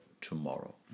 tomorrow